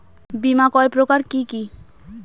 বীমা কয় প্রকার কি কি?